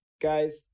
guys